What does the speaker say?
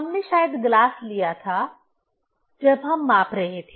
हम शायद ग्लास लिया था जब हम माप रहे थे